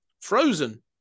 Frozen